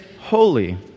holy